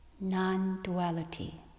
non-duality